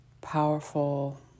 powerful